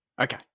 Okay